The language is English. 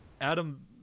Adam